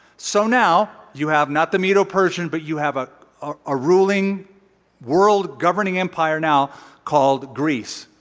so now you have not the medo persian, but you have a ah ruling world governing empire now called greece.